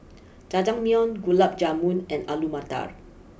Jajangmyeon Gulab Jamun and Alu Matar